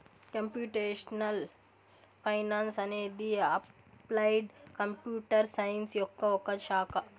computational finance అనేది applied computer science యొక్క ఒక శాఖ